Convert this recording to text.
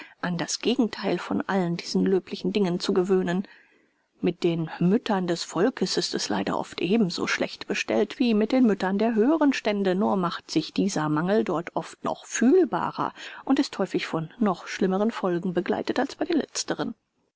an das gegentheil von allen diesen löblichen dingen zu gewöhnen mit den müttern des volkes ist es leider oft ebenso schlecht bestellt wie mit den müttern der höheren stände nur macht sich dieser mangel dort oft noch fühlbarer und ist häufig von noch schlimmeren folgen begleitet als bei den letzteren